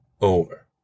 over